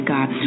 God